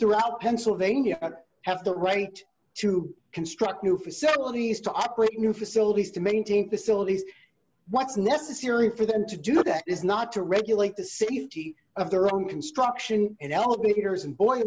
throughout pennsylvania have the right to construct new facilities to operate new facilities to maintain facilities what's necessary for them to do that is not to regulate the city of their own construction in elevators and bo